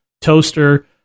toaster